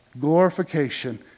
glorification